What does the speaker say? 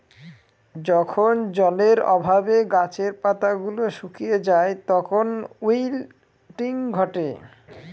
যখন জলের অভাবে গাছের পাতা গুলো শুকিয়ে যায় তখন উইল্টিং ঘটে